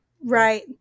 Right